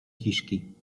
kiszki